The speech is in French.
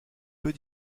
peu